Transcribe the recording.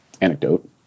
anecdote